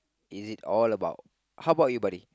is it all about how about you buddy